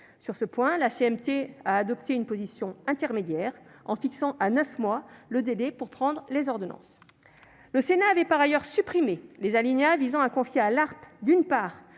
Sur ce point, la CMP a adopté une position intermédiaire, en fixant à neuf mois le délai pour prendre les ordonnances. Le Sénat avait par ailleurs supprimé les alinéas visant à confier à l'ARPE, d'une part,